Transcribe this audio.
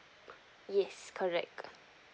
yes correct